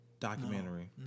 Documentary